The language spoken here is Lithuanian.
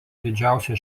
didžiausia